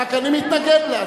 רק אני מתנגד לה,